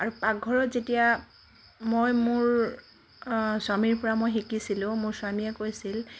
আৰু পাকঘৰত যেতিয়া মই মোৰ স্বামীৰ পৰা মই শিকিছিলোঁ মোৰ স্বামীয়ে কৈছিল